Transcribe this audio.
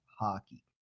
hockey